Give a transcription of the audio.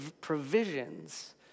provisions